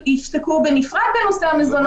כותרות זה בסדר,